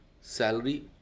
salary